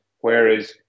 whereas